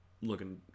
looking